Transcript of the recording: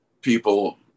people